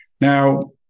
Now